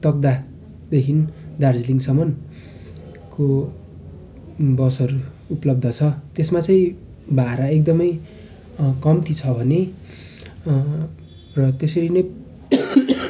तकदाहदेखि दार्जिलिङसम्मको बसहरू उपलब्ध छ त्यसमा चाहिँ भाडा एकदमै कम्ती छ भने र त्यसरी नै